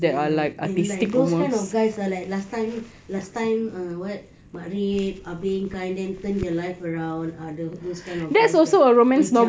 ya be like those kind of guys like last time last time ah what matrep ah beng kind and then turn their lives around ah those kind of guys